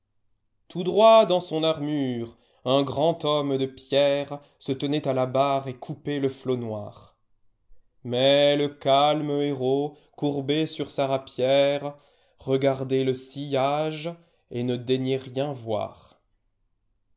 tout droit dans son armure un grand homme de pierrese tenait à la barre et coupait le flot noir mais le calme héros courbé sur sa rapière uegardait le sillage et ûe daignait rien voir